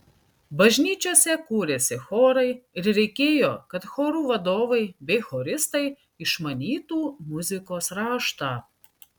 bažnyčiose kūrėsi chorai ir reikėjo kad chorų vadovai bei choristai išmanytų muzikos raštą